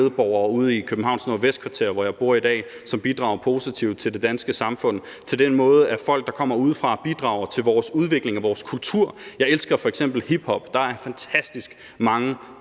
ude i Københavns nordvestkvarter, hvor jeg bor i dag, og som bidrager positivt til det danske samfund, og den måde, som folk, der kommer udefra, bidrager til vores udvikling og vores kultur på. Jeg elsker f.eks. hiphop, og der er fantastisk mange